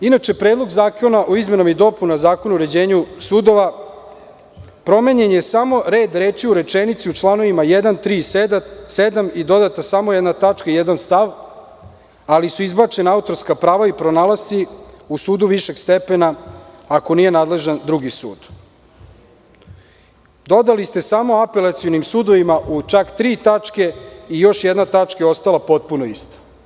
Inače, Predlog zakona o izmenama i dopunama Zakona o uređenju sudova, promenjen je samo red reči u rečenici u članovima 1, 3. i 7. i dodata samo jedna tačka, jedan stav, ali su izbačena autorska prava i pronalasci u sudu višeg stepena ako nije nadležan drugi sud, dodali ste samo - apelacionim sudovima u čak tri tačke i još jedna tačka je ostala potpuno ista.